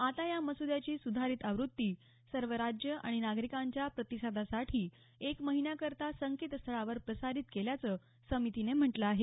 आता या मसूद्याची सुधारित आवृत्ती सर्व राज्य आणि नागरिकांच्या प्रतिसादासाठी एक महिन्याकरता संकेतस्थळावर प्रसारीत केल्याचं समितीनं म्हटलं आहे